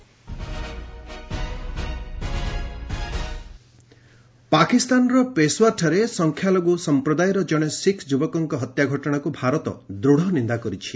India Pakistan ପାକିସ୍ତାନର ପେଶୱାରଠାରେ ସଂଖ୍ୟାଲଘୁ ସଂପ୍ରଦାୟର ଜଣେ ଶିଖ୍ ଯୁବକଙ୍କ ହତ୍ୟା ଘଟଣାକୁ ଭାରତ ଦୃଢ଼ ନିନ୍ଦା କରିଛି